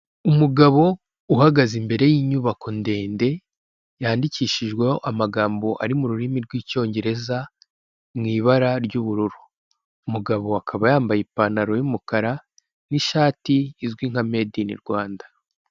Umugabo uhagaze imbere yinyubako ndende yandikishijweho amagambo ari mu rurimi rwicyongereza mu ibara ry'ubururu. Umugabo akaba yambaye ipantaro y'umukara n'ishati izwi nka mede ini Rwanda.